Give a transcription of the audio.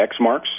XMarks